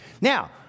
Now